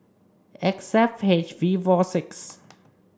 X F H V four six